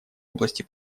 области